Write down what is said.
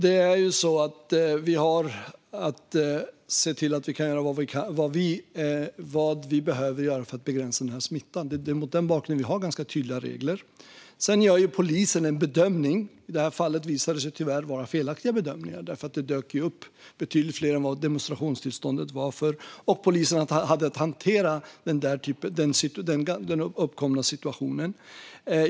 Fru talman! Vi ska se till att göra vad som behövs för att begränsa den här smittan. Det är mot den bakgrunden vi har ganska tydliga regler. Polisen gör en bedömning. I det här fallet visade det sig tyvärr vara en felaktig bedömning eftersom det dök upp betydligt fler än demonstrationstillståndet medgav. Polisen hade då att hantera den uppkomna situationen.